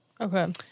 Okay